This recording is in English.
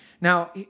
Now